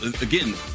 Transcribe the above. again